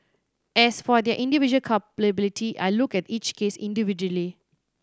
as for their individual culpability I looked at each case individually